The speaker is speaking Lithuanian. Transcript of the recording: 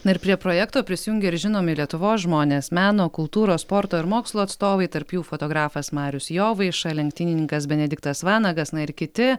na ir prie projekto prisijungė ir žinomi lietuvos žmonės meno kultūros sporto ir mokslo atstovai tarp jų fotografas marius jovaiša lenktynininkas benediktas vanagas na ir kiti